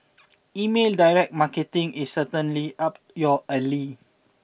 email direct marketing is certainly up your alley